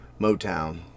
Motown